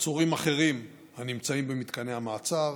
עצורים אחרים הנמצאים במתקני המעצר,